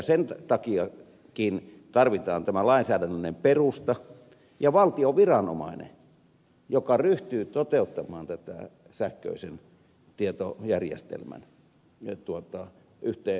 sen takiakin tarvitaan tämä lainsäädännöllinen perusta ja valtion viranomainen joka ryhtyy toteuttamaan tätä sähköisen tietojärjestelmän yhteensovittamisasiaa